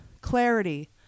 clarity